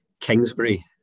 Kingsbury